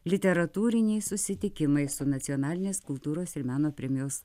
literatūriniai susitikimai su nacionalinės kultūros ir meno premijos